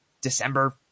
December